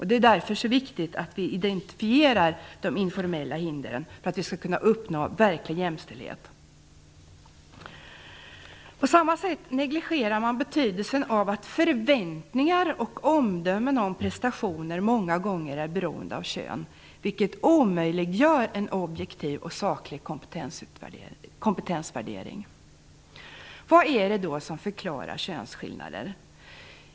Det är därför så viktigt att vi identifierar de informella hindren för att vi skall kunna uppnå verklig jämställdhet. På samma sätt negligerar man det förhållandet att förväntningar och omdömen om prestationer många gånger är beroende av kön, vilket omöjliggör en objektiv och saklig kompetensvärdering. Vad är det då som förklarar könsskillnader?